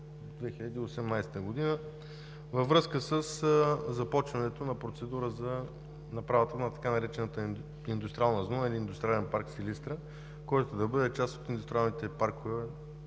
2018 г., във връзка със започването на процедура за направата на така наречената Индустриална зона или Индустриален парк – Силистра, който да бъде част от индустриалните паркове